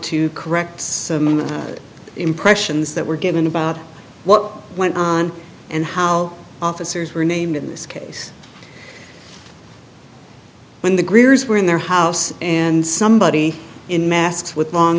to correct impressions that were given about what went on and how officers were named in this case when the greers were in their house and somebody in masks with long